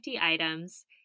items